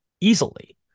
easily